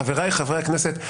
חבריי חברי הכנסת,